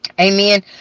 Amen